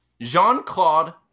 Jean-Claude